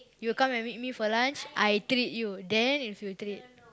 you come and meet me for lunch I treat you then you should treat